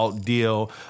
deal